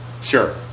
Sure